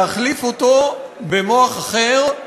להחליף אותו במוח אחר,